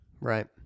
right